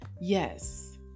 Yes